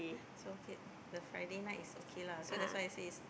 so okay the Friday night is okay lah so that's why I say is